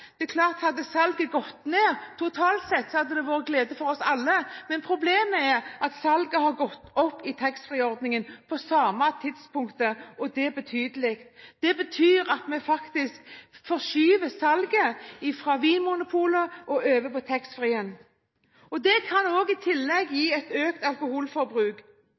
Det er klart at hadde salget gått ned, totalt sett, hadde det vært til glede for oss alle, men problemet er at salget i taxfree-ordningen på det samme tidspunktet har gått opp – og det betydelig. Det betyr at vi faktisk forskyver salget fra Vinmonopolet over til taxfree-utsalget. Det kan i tillegg gi økt